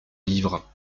livres